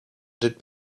did